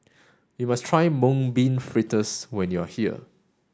you must try mung bean fritters when you are here